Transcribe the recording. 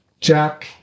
Jack